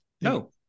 No